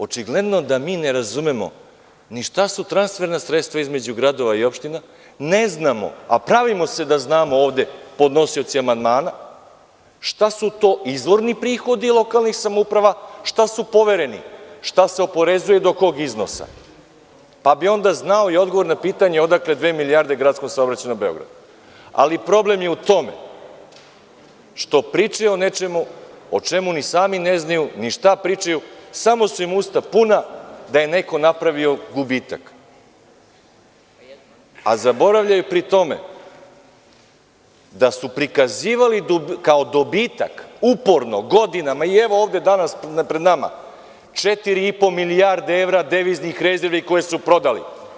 Očigledno da mi ne razumemo ni šta su transferna sredstava između gradova i opština, ne znamo, a pravimo se da znamo ovde, podnosioci amandmana, šta su to izvorni prihodi lokalnih samouprava, šta su povereni, šta se oporezuje i do kog iznosa, pa bi onda znao i odgovor na pitanje odakle dve milijarde GSP, ali problem je u tome što pričaju o nečemu o čemu ni sami ne znaju ni šta pričaju, samo su im usta puna da je neko napravio gubitak, a zaboravljaju pri tome da su prikazivali kao dobitak uporno godinama i, evo, ovde danas pred nama četiri i po milijardi evra deviznih rezervi koje su prodali.